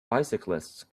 bicyclists